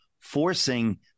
forcing